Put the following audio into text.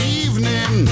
evening